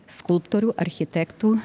skulptorių architektų